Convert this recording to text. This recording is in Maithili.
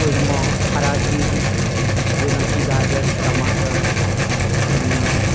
ओहिमे हरा चीज जेना कि गाजर टमाटर धनिआ